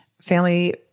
family